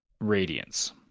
radiance